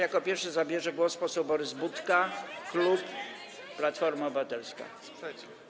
Jako pierwszy zabierze głos poseł Borys Budka, klub Platforma Obywatelska.